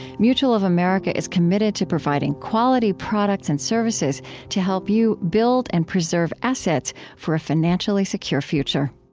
mutual of america is committed to providing quality products and services to help you build and preserve assets for a financially secure future